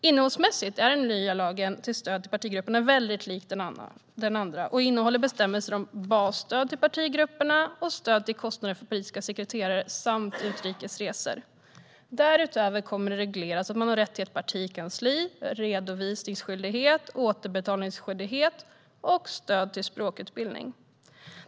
Innehållsmässigt är den nya lagen om stöd till partigrupperna väldigt lik den förra och innehåller bestämmelser om basstöd till partigrupperna och stöd för kostnader för politiska sekreterare samt utrikes resor. Därutöver kommer det att regleras att man har rätt till ett partikansli, redovisningsskyldighet, återbetalningsskyldighet och rätt till stöd för språkutbildning.